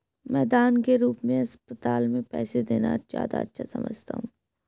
मैं दान के रूप में अस्पताल में पैसे देना ज्यादा अच्छा समझता हूँ